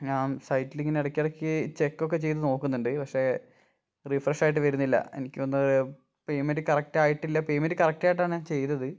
ഞാൻ സൈറ്റിലിങ്ങനെ ഇടയ്ക്ക് ഇടയ്ക്ക് ചെക്കൊക്കെ ചെയ്ത് നോക്കുന്നുണ്ട് പക്ഷെ റിഫ്രഷായിട്ട് വരുന്നില്ല എനിക്ക് തോന്നുന്നത് പേയ്മെൻറ്റ് കറക്ട് ആയിട്ടില്ല പേയ്മെൻറ്റ് കറക്റ്റായിട്ടാണ് ഞാൻ ചെയ്തത്